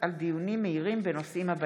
דיון מהיר בהצעתה של חברת הכנסת סונדוס סאלח בנושא: